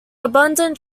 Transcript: abundant